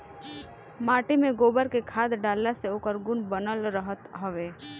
माटी में गोबर के खाद डालला से ओकर गुण बनल रहत हवे